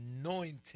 Anointed